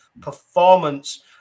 performance